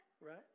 right